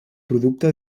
producte